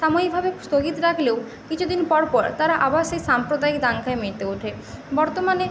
সাময়িকভাবে স্থগিত রাখলেও কিছুদিন পর পর তারা আবার সেই সাম্প্রদায়িক দাঙ্গায় মেতে ওঠে বর্তমানে